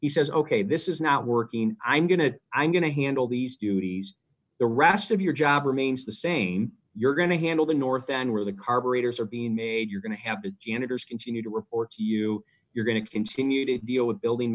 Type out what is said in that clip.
he says ok this is not working i'm going to i'm going to handle these duties the rest of your job remains the same you're going to handle the north and where the carburetors are being made you're going to have the janitors continue to report d you you're going to continue to deal with building